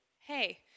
hey